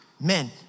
Men